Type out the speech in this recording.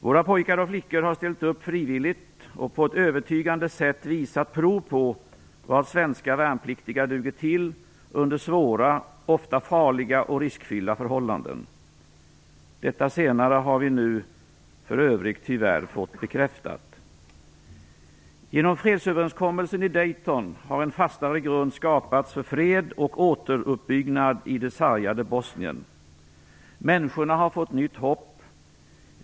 Våra pojkar och flickor har ställt upp frivilligt och på ett övertygande sätt visat prov på vad svenska värnpliktiga duger till under svåra, ofta farliga och riskfyllda förhållanden. Detta senare har vi nu för övrigt tyvärr fått bekräftat. Genom fredsöverenskommelsen i Dayton har en fastare grund skapats för fred och återuppbyggnad i det sargade Bosnien. Människorna har fått nytt hopp.